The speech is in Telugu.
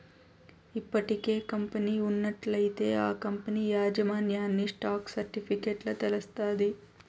ఇప్పటికే కంపెనీ ఉన్నట్లయితే ఆ కంపనీ యాజమాన్యన్ని స్టాక్ సర్టిఫికెట్ల తెలస్తాది